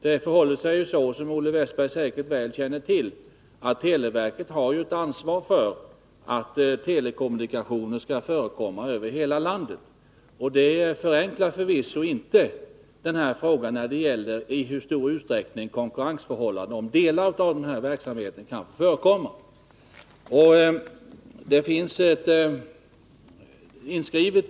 Det förhåller sig så — som Olle Wästberg i Stockholm säkert känner väl till — att televerket har ett ansvar för att telekommunikationer skall förekomma över hela landet. Det förenklar förvisso inte den här frågan när det gäller i hur stor utsträckning konkurrens om delar av den verksamheten kanske förekommer.